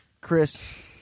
Chris